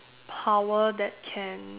power that can